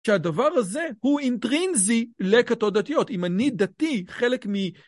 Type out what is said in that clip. כשהדבר הזה הוא אינטרינזי לכתות דתיות. אם אני דתי, חלק מ...